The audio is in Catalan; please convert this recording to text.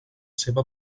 seva